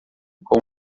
com